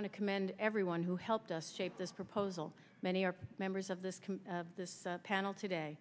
want to commend everyone who helped us shape this proposal many are members of this committee this panel today